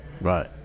Right